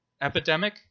epidemic